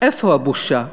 איפה הבושה?